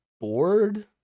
bored